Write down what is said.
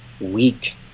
weak